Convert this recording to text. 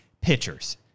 pitchers